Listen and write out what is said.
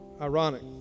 Ironic